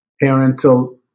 parental